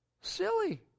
Silly